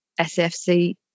SFC